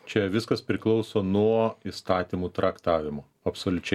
čia viskas priklauso nuo įstatymų traktavimo absoliučiai